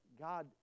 God